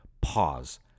pause